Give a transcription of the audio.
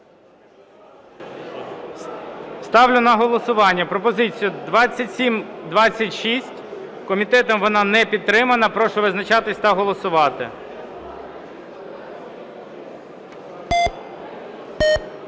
Ставлю на голосування пропозицію 2726. Комітетом вона не підтримана. Прошу визначатись та голосувати.